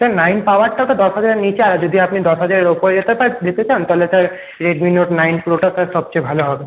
sir nine পাওয়ারটাও তো দশ হাজারের নিচেই যদি আপনি দশহাজারের উপর যেতে চান তাহলে স্যার রেডমি নোট নাইন প্রোটা স্যার সবচেয়ে ভাল হবে